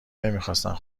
نمیخواستند